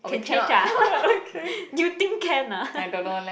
can change ah you think can ah